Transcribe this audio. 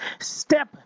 step